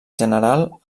general